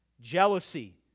jealousy